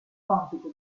compito